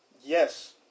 Yes